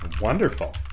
Wonderful